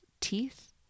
Teeth